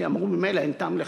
כי אמרו שממילא אין טעם לחכות.